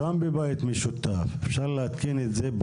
גם בבית משותף אפשר להתקין את זה באופן